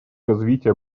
развития